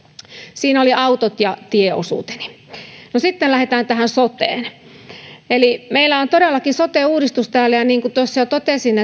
siinä olivat autot ja tieosuuteni sitten lähdetään tähän soteen meillä on todellakin sote uudistus täällä ja niin kuin jo totesin